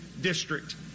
district